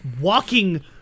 walking